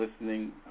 listening